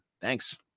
thanks